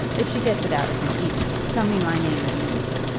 if she gets it out of me easy, tell me my name isn't boodle.